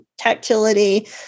tactility